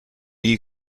you